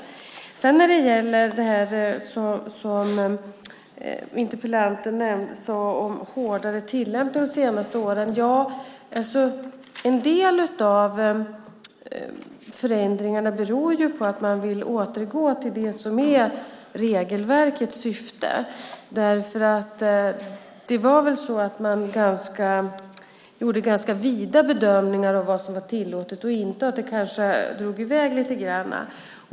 Interpellanten sade att det har varit hårdare tillämpning de senaste åren. Ja, en del av förändringarna beror på att man vill återgå till det som är regelverkets syfte. Man gjorde ganska vida bedömningar av vad som var tillåtet och inte, och det kanske drog i väg lite grann.